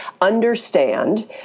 understand